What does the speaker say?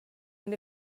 and